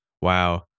wow